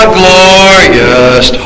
glorious